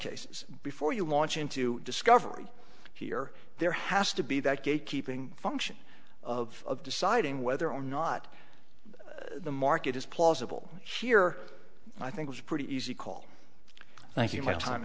cases before you launch into discovery here there has to be that gatekeeping function of deciding whether or not the market is plausible here i think it's pretty easy call thank you my time